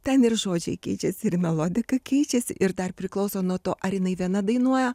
ten ir žodžiai keičiasi ir melodika keičiasi ir dar priklauso nuo to ar jinai viena dainuoja